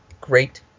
great